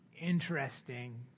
interesting